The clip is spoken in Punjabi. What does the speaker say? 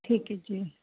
ਠੀਕ ਐ ਜੀ